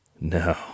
No